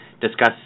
discuss